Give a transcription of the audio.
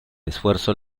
esfuerzo